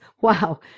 Wow